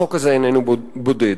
החוק הזה איננו בודד.